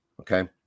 Okay